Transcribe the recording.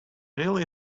really